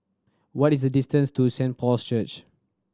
what is the distance to Saint Paul's Church